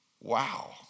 Wow